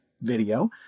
video